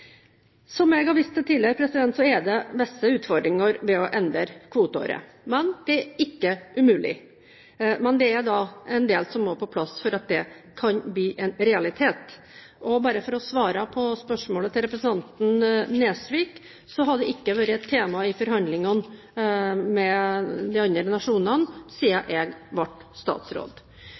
Som jeg har vist til tidligere, er det visse utfordringer ved å endre kvoteåret, men det er ikke umulig. Det er en del som må på plass for at det kan bli en realitet. Og bare for å svare på spørsmålet fra representanten Nesvik: Dette har ikke vært et tema i forhandlingene med de andre nasjonene siden jeg ble statsråd.